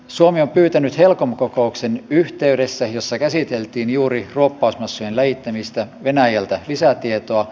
suomi on pyytänyt helcom kokouksen yhteydessä jossa käsiteltiin juuri ruoppausmassojen läjittämistä venäjältä lisätietoa